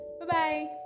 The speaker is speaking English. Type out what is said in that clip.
Bye-bye